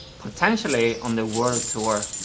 potentially, on the world tour,